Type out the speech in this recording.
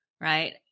right